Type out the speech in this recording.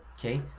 okay?